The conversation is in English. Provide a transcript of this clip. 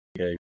okay